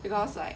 because like